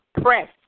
Press